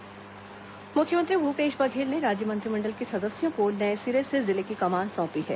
मंत्री जिला प्रभार मुख्यमंत्री भूपेश बघेल ने राज्य मंत्रिमंडल के सदस्यों को नए सिरे से जिले की कमान सौंपी है